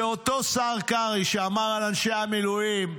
זה אותו השר קרעי שאמר על אנשי המילואים: